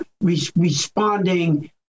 responding